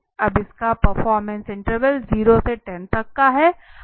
और इसका performance interval 0 से 10 तक है